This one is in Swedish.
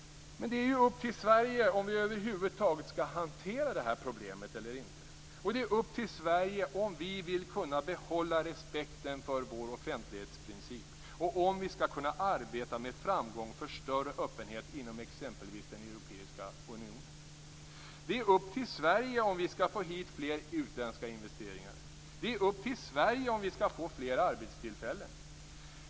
Men det är upp till oss i Sverige om vi skall hantera problemet eller inte. Det är upp till oss i Sverige om vi vill kunna behålla respekten för vår offentlighetsprincip och om vi skall kunna arbeta med framgång för större öppenhet inom exempelvis Europeiska unionen. Det är upp till oss i Sverige om vi skall få hit fler utländska investeringar. Det är upp till oss i Sverige om vi skall få fler arbetstillfällen.